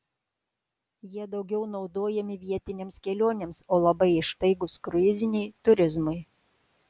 jie daugiau naudojami vietinėms kelionėms o labai ištaigūs kruiziniai turizmui